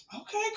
Okay